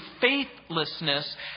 faithlessness